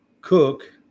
Cook